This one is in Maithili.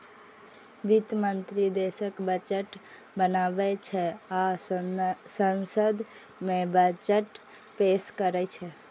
वित्त मंत्री देशक बजट बनाबै छै आ संसद मे बजट पेश करै छै